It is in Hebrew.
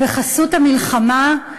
בחסות המלחמה,